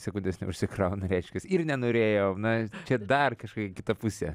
sekundes neužsikrauna reiškias ir nenorėjau na čia dar kažkokia kita pusė